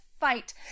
fight